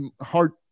heart